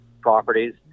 properties